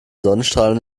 sonnenstrahlen